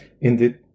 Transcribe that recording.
Indeed